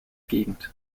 gegend